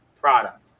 product